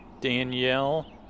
Danielle